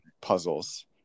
puzzles